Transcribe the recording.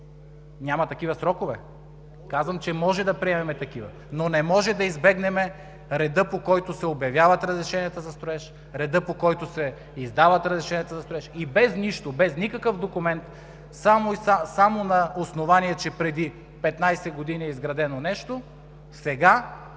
Няма такива срокове? Казвам, че можем да приемем такива. Не можем обаче да избегнем реда, по който се обявяват разрешенията за строеж, реда, по който се издават разрешенията за строеж, и без нищо, без никакъв документ, само на основание, че преди 15 години е изградено нещо, сега